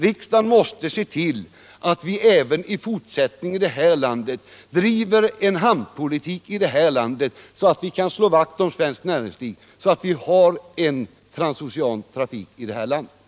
Riksdagen måste se till att vi även i fortsättningen driver en sådan hamnpolitik i det här landet att vi kan slå vakt om svenskt näringsliv och att vi får behålla vår transoceana trafik.